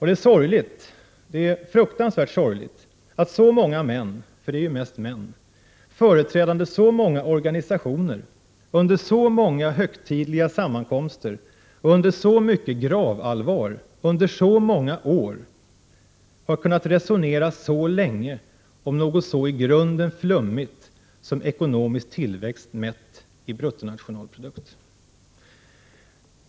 Det är sorgligt, fruktansvärt sorgligt, att så många män — för det är ju mest män — företrädande så många organisationer under så många högtidliga sammankomster och under så mycket gravallvar under så många år har kunnat resonera så länge om något så i grunden flummigt som ekonomisk tillväxt mätt i BNP.